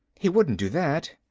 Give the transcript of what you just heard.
he wouldn't do that.